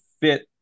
fit